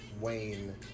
Wayne